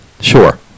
Sure